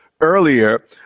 earlier